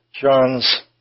John's